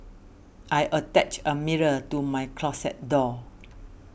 I attached a mirror to my closet door